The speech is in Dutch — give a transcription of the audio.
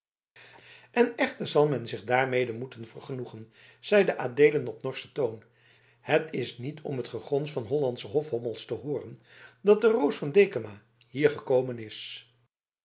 en echter zal men zich daarmede moeten vergenoegen zeide adeelen op een norschen toon het is niet om het gegons van hollandsche hofhommels te hooren dat de roos van dekama hier gekomen is